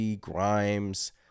Grimes